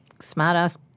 smart-ass